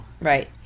Right